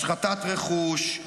השחתת רכוש,